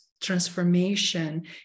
transformation